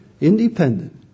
independent